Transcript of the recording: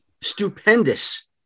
stupendous